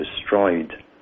destroyed